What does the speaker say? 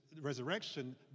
resurrection